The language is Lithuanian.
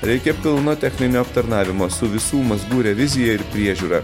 reikia pilno techninio aptarnavimo su visų mazgų revizija ir priežiūra